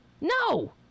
no